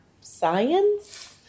science